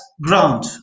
ground